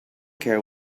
care